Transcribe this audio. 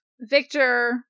victor